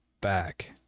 back